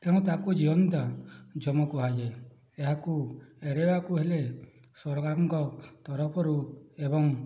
ତେଣୁ ତାକୁ ଜିଅନ୍ତା ଯମ କୁହାଯାଏ ଏହାକୁ ଏଡ଼ାଇବାକୁ ହେଲେ ସରକାରଙ୍କ ତରଫରୁ ଏବଂ